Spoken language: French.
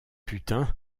putain